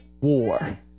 war